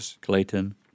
Clayton